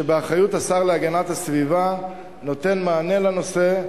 שבאחריות השר להגנת הסביבה, נותן מענה בנושא.